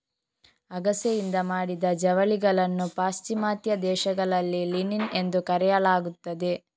ಅಗಸೆಯಿಂದ ಮಾಡಿದ ಜವಳಿಗಳನ್ನು ಪಾಶ್ಚಿಮಾತ್ಯ ದೇಶಗಳಲ್ಲಿ ಲಿನಿನ್ ಎಂದು ಕರೆಯಲಾಗುತ್ತದೆ